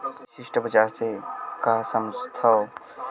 विशिष्ट बजार से का समझथव?